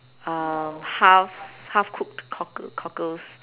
uh half half cooked cockle~ cockles